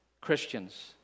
Christians